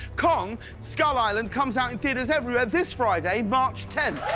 kong skull island comes out in theaters everywhere this friday march tenth.